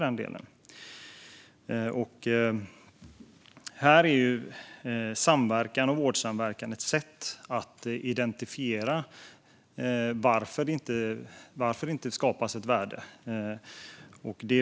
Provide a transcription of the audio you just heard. Vårdsamverkan kan användas för att definiera varför ett värde inte skapas.